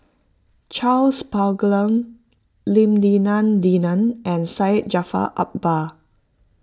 Charles Paglar Lim Denan Denon and Syed Jaafar Albar